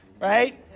Right